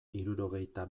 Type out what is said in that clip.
hirurogeita